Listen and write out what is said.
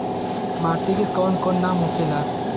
माटी के कौन कौन नाम होखेला?